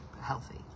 healthy